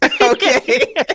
Okay